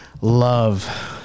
love